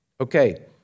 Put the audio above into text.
Okay